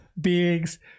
beings